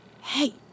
hey